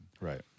Right